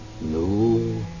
No